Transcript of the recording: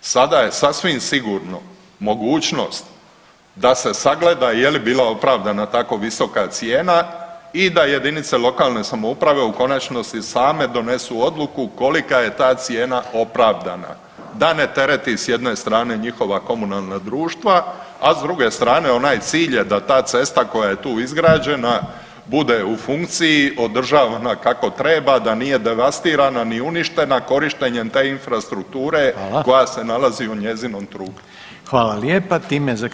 Sada je sasvim sigurno mogućnost da se sagleda je li bila opravdana tako visoka cijena i da JLS u konačnosti same donesu odluku kolika je ta cijena opravdana da ne tereti s jedne strane njihova komunalna društva, a s druge strane onaj cilj je da ta cesta koja je tu izgrađena bude u funkciji održavana kako treba da nije devastirana ni uništena korištenjem te infrastrukture [[Upadica: Hvala]] koja se nalazi u njezinom trupu.